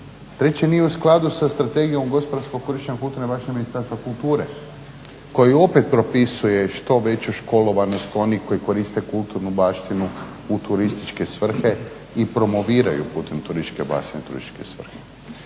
Treće, nije u skladu sa Strategijom gospodarskog … /Govornik udaljen od mikrofona ne razumije se./ … koji opet propisuje što veću školovanost onih koji koriste kulturnu baštinu u turističke svrhe i promoviraju putem turističke baštine u turističke svrhe.